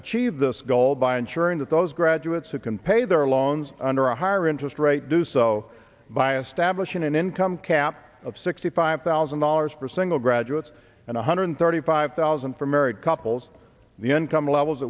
achieve this goal by ensuring that those graduates who can pay their loans under a higher interest rate do so by a stablish in an income cap of sixty five thousand dollars for single graduates and one hundred thirty five thousand for married couples the income levels